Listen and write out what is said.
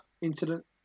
incident